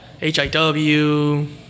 HIW